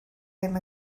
ddim